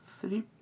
three